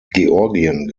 georgien